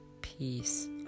peace